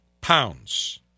pounds